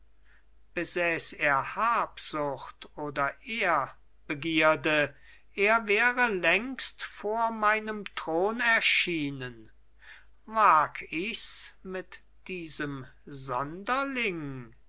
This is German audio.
besäß er habsucht oder ehrbegierde er wäre längst vor meinem thron erschienen wag ichs mit diesem sonderling